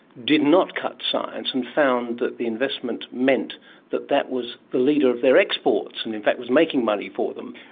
did not cut science and found that the investment meant that that was the leader of their exports and in fact was making money for them.